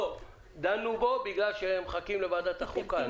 תיקון 6 - דנו בו כי מחכים לוועדת החוקה.